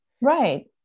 right